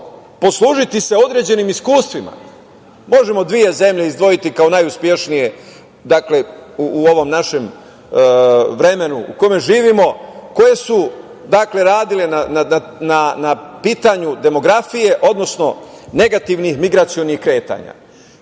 poslužiti se određenim iskustvima možemo dve zemlje izdvojiti kao najuspešnije u ovom našem vremenu u kome živimo, koje su radile na pitanju demografije, odnosno negativnih migracionih kretanja.